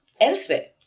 Elsewhere